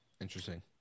Interesting